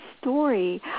story